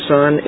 Son